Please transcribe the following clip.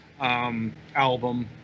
album